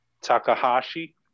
Takahashi